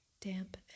damp